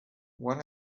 what